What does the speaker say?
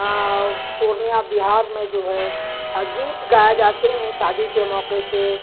پورنیہ بہار میں جو ہے گیت گایا جاتے ہیں شادی کے موقعے سے